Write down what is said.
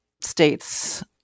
states